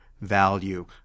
value